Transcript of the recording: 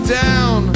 down